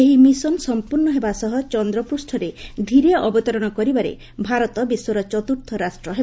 ଏହି ମିଶନ ସଂପ୍ରର୍ଣ୍ଣ ହେବା ସହ ଚନ୍ଦ୍ରପୃଷ୍ଠରେ ଧୀରେ ଅବତରଣ କରିବାରେ ଭାରତ ବିଶ୍ୱର ଚତୁର୍ଥ ରାଷ୍ଟ୍ର ହେବ